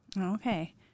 Okay